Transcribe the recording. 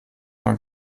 man